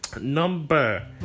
Number